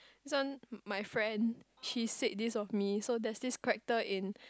this one my friend she said this of me so there's this character in